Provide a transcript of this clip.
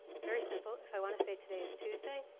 very simple. if i want to say today is tuesday,